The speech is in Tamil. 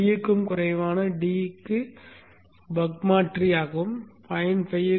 5 க்கும் குறைவான d க்கு பக் மாற்றியாகவும் 0